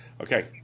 Okay